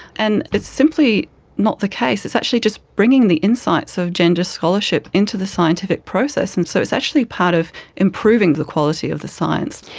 and it's simply not the case. it's actually just bringing the insights so of gender scholarship into the scientific process. and so it's actually part of improving the the quality of the science.